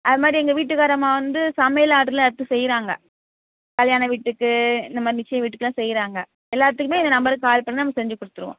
அதுமாதிரி எங்கள் வீட்டுக்காரம்மா வந்து சமையல் ஆர்டரெலாம் எடுத்து செய்கிறாங்க கல்யாண வீட்டுக்கு இந்தமாதிரி நிச்சய வீட்டுக்கெலாம் செய்கிறாங்க எல்லாத்துக்குமே இந்த நம்பருக்கு கால் பண்ணுனால் நம்ம செஞ்சு கொடுத்துருவோம்